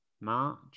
March